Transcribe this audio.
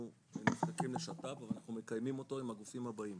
נזקקים לשת"פ ואנחנו מקיימים אותו עם הגופים הבאים,